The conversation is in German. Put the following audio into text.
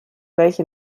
welche